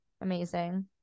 Amazing